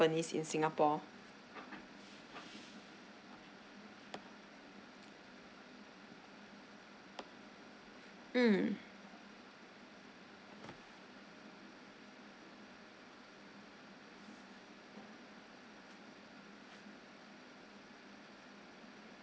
in singapore mm